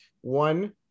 One